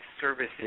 services